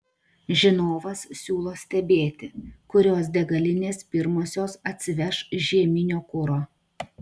žinovas siūlo stebėti kurios degalinės pirmosios atsiveš žieminio kuro